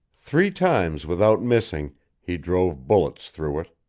three times without missing he drove bullets through it,